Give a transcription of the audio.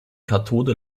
kathode